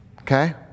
Okay